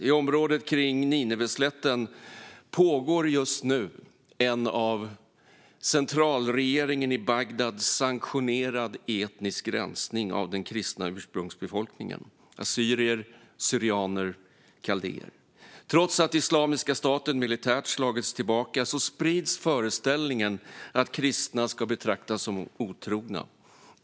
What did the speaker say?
I området kring Nineveslätten pågår just nu en av centralregeringen i Bagdad sanktionerad etnisk rensning av den kristna ursprungsbefolkningen - assyrier/syrianer och kaldéer. Trots att Islamiska staten militärt har slagits tillbaka sprids föreställningen att kristna ska betraktas som otrogna.